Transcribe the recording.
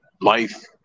life